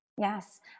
Yes